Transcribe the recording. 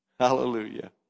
Hallelujah